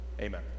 Amen